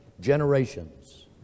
generations